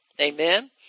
Amen